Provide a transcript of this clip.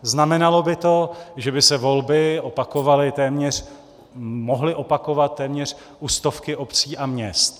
Znamenalo by to, že by se volby opakovaly, mohly opakovat téměř u stovky obcí a měst.